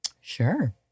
Sure